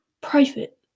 Private